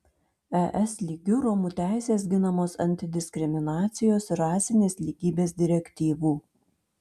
es lygiu romų teisės ginamos antidiskriminacijos ir rasinės lygybės direktyvų